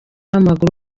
w’amaguru